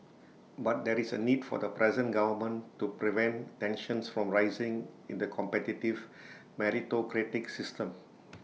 but there is A need for the present government to prevent tensions from rising in the competitive meritocratic system